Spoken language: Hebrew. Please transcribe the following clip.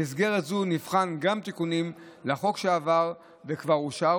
במסגרת זו נבחן גם תיקונים לחוק שעבר וכבר אושר,